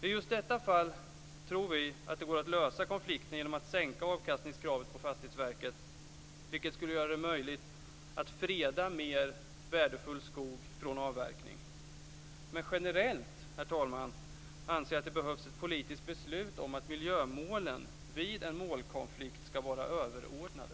I just detta fall tror vi att det går att lösa konflikter genom att sänka avkastningskravet på Fastighetsverket, vilket skulle göra det möjligt att freda mer värdefull skog från avverkning. Men generellt, herr talman, anser jag att det behövs ett politiskt beslut om att miljömålen vid en målkonflikt skall vara överordnade.